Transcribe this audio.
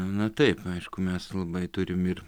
na taip aišku mes labai turim ir